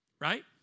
Right